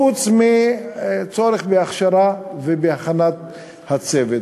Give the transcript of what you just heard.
חוץ מצורך בהכשרה ובהכנת הצוות.